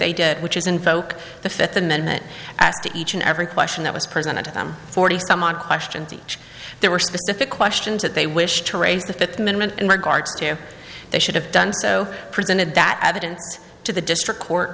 they did which is invoke the fifth amendment as to each and every question that was presented to them forty some odd question to which there were specific questions that they wish to raise the fifth amendment in regards to they should have done so presented that evidence to the district court